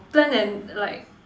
plan and like